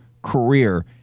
career